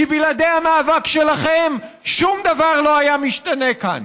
כי בלעדי המאבק שלכם שום דבר לא היה משתנה כאן.